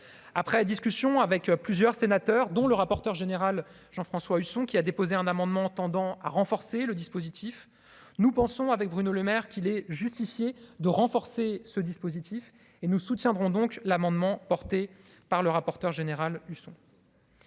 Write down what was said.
après discussions avec plusieurs sénateurs, dont le rapporteur général Jean-François Husson, qui a déposé un amendement tendant à renforcer le dispositif nous pensons avec Bruno Lemaire, qu'il est justifié de renforcer ce dispositif et nous soutiendrons donc l'amendement porté par le rapporteur général Husson.